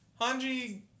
Hanji